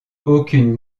aucune